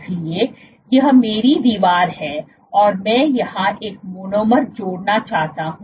इसलिए यह मेरी दीवार है और मैं यहां एक मोनोमर जोड़ना चाहता हूं